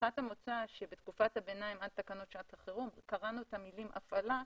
הנחת המוצא שבתקופת הבינים עד תקנות שעת החירום קראנו את המילה "הפעלה"